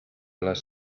les